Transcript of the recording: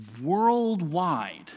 worldwide